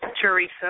Teresa